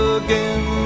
again